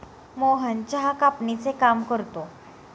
मोहन चहा कापणीचे काम करतो